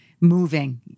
moving